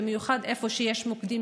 במיוחד איפה שיש מוקדים